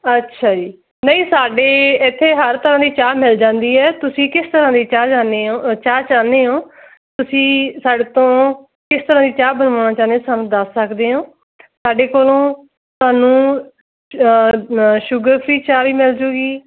ਅੱਛਾ ਜੀ ਨਹੀਂ ਸਾਡੇ ਇੱਥੇ ਹਰ ਤਰ੍ਹਾਂ ਦੀ ਚਾਹ ਮਿਲ ਜਾਂਦੀ ਹੈ ਤੁਸੀਂ ਕਿਸ ਤਰ੍ਹਾਂ ਦੀ ਚਾਹ ਚਾਹੁੰਦੇ ਹੋ ਚਾਹ ਚਾਹੁੰਦੇ ਹੋ ਤੁਸੀਂ ਸਾਡੇ ਤੋਂ ਕਿਸ ਤਰ੍ਹਾਂ ਦੀ ਚਾਹ ਬਣਵਾਉਣਾ ਚਾਹੁੰਦੇ ਹੋ ਸਾਨੂੰ ਦੱਸ ਸਕਦੇ ਹੋ ਸਾਡੇ ਕੋਲੋਂ ਤੁਹਾਨੂੰ ਸ਼ੂਗਰ ਫਰੀ ਚਾਹ ਵੀ ਮਿਲਜੂਗੀ